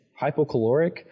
hypocaloric